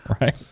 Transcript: right